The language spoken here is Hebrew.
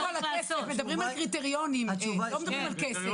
מדברים על קריטריונים, לא מדברים על כסף.